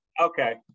Okay